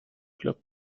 club